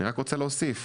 אני רק רוצה להוסיף